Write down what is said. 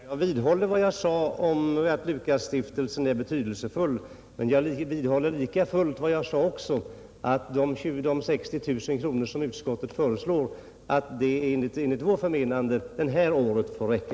Herr talman! Jag vidhåller vad jag sade om att Lukasstiftelsen är betydelsefull, men jag vidhåller likafullt vad jag också sade om att de 60 000 kronor, som utskottet föreslår, enligt vårt förmenande det här året får räcka.